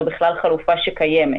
זו בכלל חלופה שקיימת.